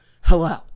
hello